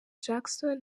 jackson